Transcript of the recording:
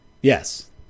Yes